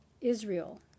Israel